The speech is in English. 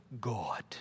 God